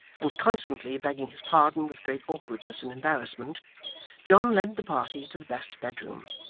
and constantly begging his pardon with great awkwardness and embarrassment john led the party to the best bedroom,